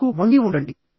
ముందుకు వంగి ఉండండి